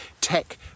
tech